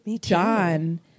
john